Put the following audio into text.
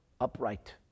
upright